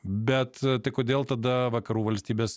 bet tai kodėl tada vakarų valstybės